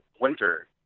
winter